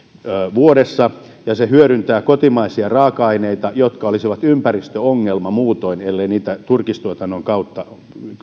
vuodessa ja se hyödyntää kotimaisia raaka aineita jotka olisivat ympäristöongelma muutoin ellei niitä turkistuotannon kautta